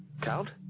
Count